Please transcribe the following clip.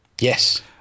Yes